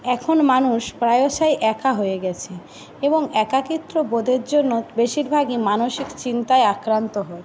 এখন মানুষ প্রায়শই একা হয়ে গেছে এবং একাকীত্ববোধের জন্য বেশিরভাগই মানসিক চিন্তায় আক্রান্ত হয়